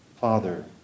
Father